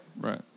Right